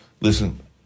Listen